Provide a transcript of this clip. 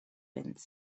wind